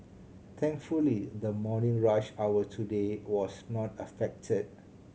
thankfully the morning rush hour today was not affected